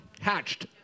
Hatched